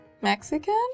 Mexican